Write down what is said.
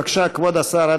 בבקשה, כבוד השר.